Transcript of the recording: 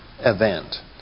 event